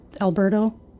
Alberto